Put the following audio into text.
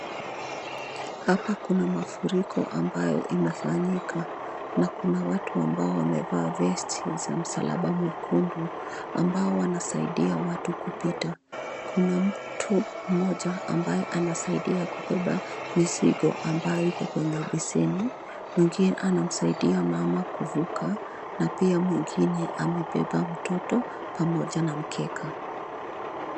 Hapa kuna mafuriko ambayo imefanyika, na kuna watu ambao wamevaa vest za msalaba mwekundu, ambao wanasaidia watu kupita. Kuna mtu mmoja ambaye anasaidia kubeba mizigo ambayo iko kwenye beseni. Mwingine anamsaidia mama kuvuka na pia mwingine amebeba mtoto pamoja na mkeka.